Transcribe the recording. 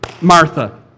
Martha